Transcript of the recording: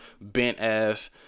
bent-ass